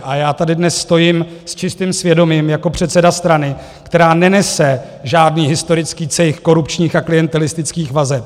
A já tady dnes stojím s čistým svědomím jako předseda strany, která nenese žádný historický cejch korupčních a klientelistických vazeb.